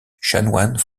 chanoine